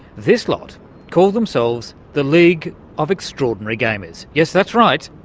this lot call themselves the league of extraordinary gamers. yes, that's right,